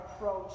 approach